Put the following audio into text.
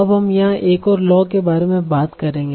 अब हम यहां एक और लॉ के बारे में बात करेंगे